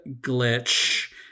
Glitch